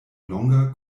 longa